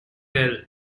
well